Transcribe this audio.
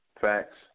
Facts